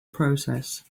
process